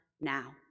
now